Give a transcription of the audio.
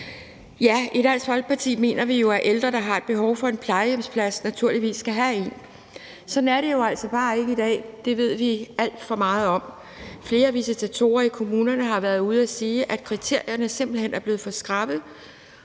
I Dansk Folkeparti mener vi, at ældre, der har et behov for en plejehjemsplads, naturligvis skal have en. Sådan er det jo altså bare ikke i dag. Det ved vi alt for meget om. Flere visitatorer i kommunerne har været ude og sige, at kriterierne simpelt hen er blevet for skrappe,